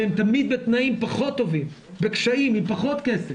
שהם תמיד בתנאים פחות טובים, בקשיים, עם פחות כסף,